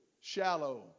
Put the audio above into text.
shallow